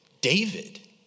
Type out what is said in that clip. David